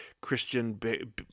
Christian